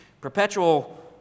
perpetual